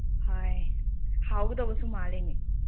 ꯍꯥꯏ ꯍꯥꯎꯒꯗꯧꯕꯁꯨ ꯃꯥꯜꯂꯤꯅꯦ